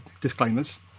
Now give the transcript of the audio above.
disclaimers